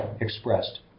expressed